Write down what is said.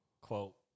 quote